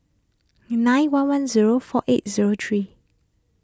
nine one one zero four eight zero three